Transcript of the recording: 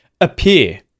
Appear